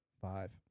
five